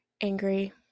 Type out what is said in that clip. angry